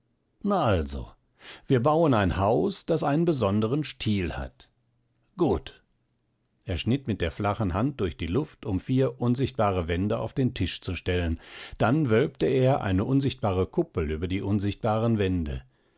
na also wir bauen ein haus das einen besonderen stil hat gut er schnitt mit der flachen hand durch die luft um vier unsichtbare wände auf den tisch zu stellen dann wölbte er eine unsichtbare kuppel über die unsichtbaren wände